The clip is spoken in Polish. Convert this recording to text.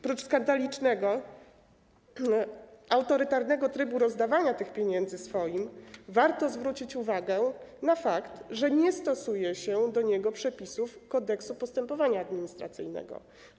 Prócz skandalicznego, autorytarnego trybu rozdawania tych pieniędzy swoim warto zwrócić uwagę na fakt, że nie stosuje się do niego przepisów Kodeksu postępowania administracyjnego.